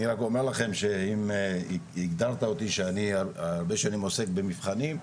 אני רק אומר לכם שאם הגדרת אותי שאני הרבה שנים עוסק במבחנים,